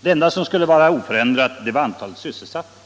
Det enda som skulle vara oförändrat var antalet sysselsatta.